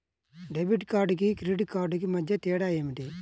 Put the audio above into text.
Debit కార్డుకు credit కార్డుకు మధ్య తేడా ఏమిటీ?